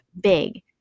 big